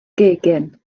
gegin